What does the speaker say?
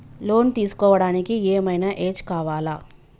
Loan తీస్కోవడానికి ఏం ఐనా ఏజ్ కావాలా?